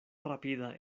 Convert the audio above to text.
rapida